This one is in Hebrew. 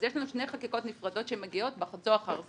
אז יש לנו שני חקיקות נפרדות שמגיעות זו אחר זו,